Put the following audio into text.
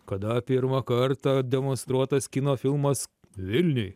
kada pirmą kartą demonstruotas kino filmas vilniuj